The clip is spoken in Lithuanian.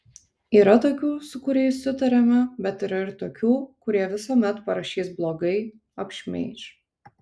yra tokių su kuriais sutariame bet yra ir tokių kurie visuomet parašys blogai apšmeiš